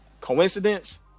Coincidence